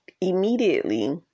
immediately